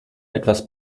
etwas